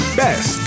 best